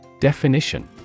Definition